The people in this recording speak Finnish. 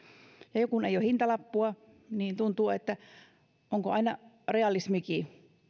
ja kun ei ole hintalappua niin tuntuu että onko aina realismiakaan